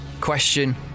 Question